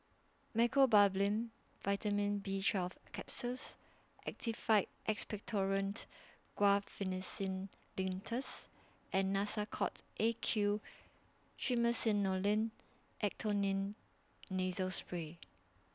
Mecobalamin Vitamin B twelve Capsules Actified Expectorant Guaiphenesin Linctus and Nasacort A Q Triamcinolone Acetonide Nasal Spray